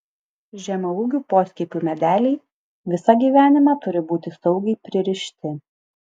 žemaūgių poskiepių medeliai visą gyvenimą turi būti saugiai pririšti